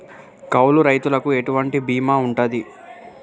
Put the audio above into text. కౌలు రైతులకు ఎటువంటి బీమా ఉంటది?